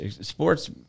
Sports